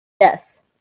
Yes